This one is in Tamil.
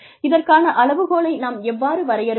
இதற்கான அளவுகோலை நாம் எவ்வாறு வரையறுப்பது